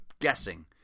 guessing